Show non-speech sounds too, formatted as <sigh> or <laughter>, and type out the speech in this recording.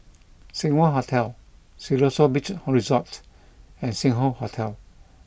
<noise> Seng Wah Hotel Siloso Beach Resort and Sing Hoe Hotel